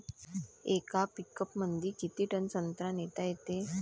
येका पिकअपमंदी किती टन संत्रा नेता येते?